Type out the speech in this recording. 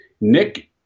Nick